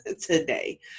today